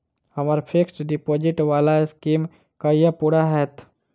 हम्मर fixed deposit वला scheme कहिया पूरा हैत?